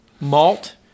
malt